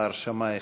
ההרשמה החלה.